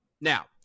Now